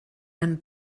and